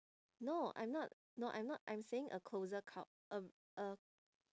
no I'm not no I'm not I'm saying a closer cult~ a a